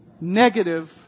Negative